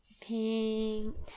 Pink